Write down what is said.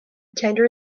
tender